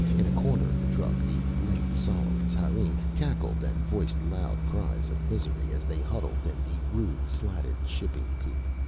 in a corner of the truck, the late solomon's harem cackled and voiced loud cries of misery as they huddled in the rude, slatted shipping coop.